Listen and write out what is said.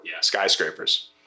skyscrapers